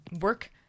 work